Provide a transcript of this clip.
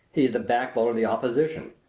he's the backbone of the opposition,